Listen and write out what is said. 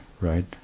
right